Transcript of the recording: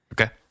Okay